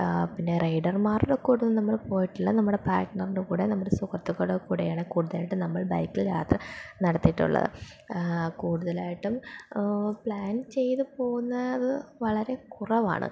പിന്നെ റൈഡർമാരുടെ കൂടെ ഒന്നും നമ്മൾ പോയിട്ടില്ല നമ്മുടെ പാറ്റ്നർൻ്റെ കൂടെ നമ്മുടെ സുഹൃത്തുക്കളുടെ കൂടെയാണ് കൂടുതലായിട്ടും നമ്മൾ ബൈക്കിൽ യാത്ര നടത്തിയിട്ടുള്ളത് കൂടുതലായിട്ടും പ്ലാൻ ചെയ്ത് പോവുന്നത് വളരെ കുറവാണ്